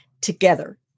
together